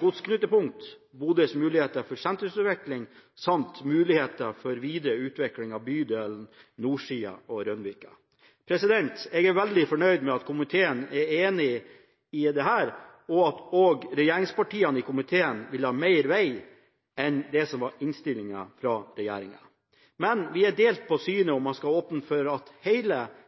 godsknutepunkt, Bodøs muligheter for sentrumsutvikling samt muligheter for videre utvikling av bydelene Nordsia og Rønvika. Jeg er veldig fornøyd med at komiteen er enig i dette, og at også regjeringspartiene i komiteen vil ha mer veg enn det som var foreslått fra regjeringen, men vi er delt i synet på om man skal åpne for at hele